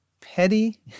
petty